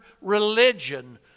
religion